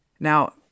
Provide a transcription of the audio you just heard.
Now